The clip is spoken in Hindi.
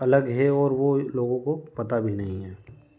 अलग है और वो लोगों को पता भी नहीं है